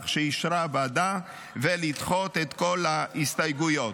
שאישרה הוועדה ולדחות את כל ההסתייגויות.